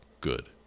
good